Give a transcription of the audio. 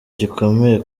gikomeye